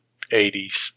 80s